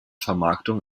vermarktung